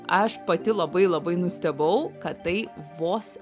aš pati labai labai nustebau kad tai vos